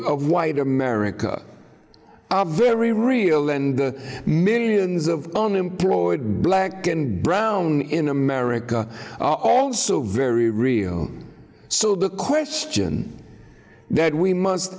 of white america are very real and millions of unemployed black and brown in america are also very real so the question that we must